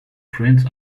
french